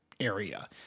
area